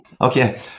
Okay